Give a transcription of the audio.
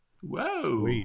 Whoa